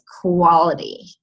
quality